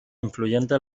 influyente